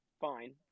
fine